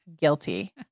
guilty